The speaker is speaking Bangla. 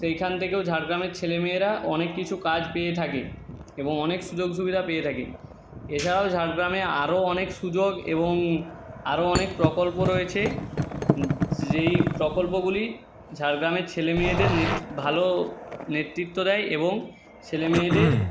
সেইখান থেকেও ঝাড়গ্রামের ছেলে মেয়েরা অনেক কিছু কাজ পেয়ে থাকে এবং অনেক সুযোগ সুবিধা পেয়ে থাকে এছাড়াও ঝাড়গ্রামে আরো অনেক সুযোগ এবং আরো অনেক প্রকল্প রয়েছে যেই প্রকল্পগুলি ঝাড়গ্রামের ছেলে মেয়েদের নেত ভালো নেতৃত্ব দেয় এবং ছেলে মেয়েদের